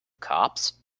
cops